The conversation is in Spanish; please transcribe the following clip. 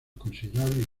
considerables